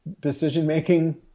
decision-making